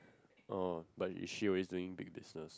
oh but is she always doing big business